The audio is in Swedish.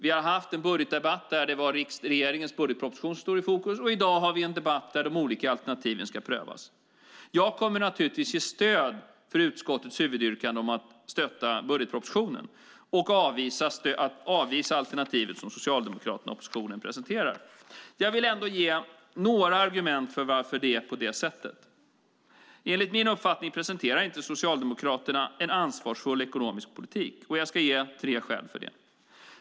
Vi har haft en budgetdebatt där det var regeringens budgetproposition som stod i fokus, och i dag har vi en debatt där de olika alternativen ska prövas. Jag kommer naturligtvis att ge stöd för utskottets huvudyrkande, att stötta budgetpropositionen och avvisa de alternativ som Socialdemokraterna och oppositionen presenterar. Jag vill ändå ge några argument för varför det är på det sättet. Enligt min uppfattning presenterar inte Socialdemokraterna en ansvarsfull ekonomisk politik. Jag ska ge tre skäl för det.